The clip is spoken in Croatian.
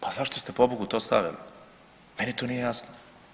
Pa zašto ste, pobogu, to stavili, meni to nije jasno.